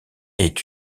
est